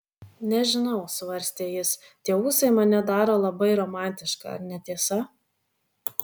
nežinau svarstė jis tie ūsai mane daro labai romantišką ar ne tiesa